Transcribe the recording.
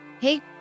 Hey